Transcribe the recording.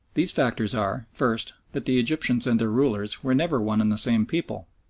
these factors are first, that the egyptians and their rulers were never one and the same people,